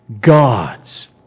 God's